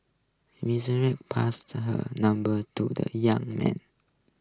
Melissa passed her number to the young man